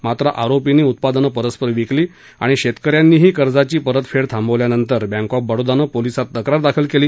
मात्र आरोपींनी उत्पादनं परस्पर विकली आणि शेतकऱ्यांनीही कर्जाची परतफेड थांबवल्यानंतर बँक ऑफ बडोदानं पोलिसात तक्रार दाखल केली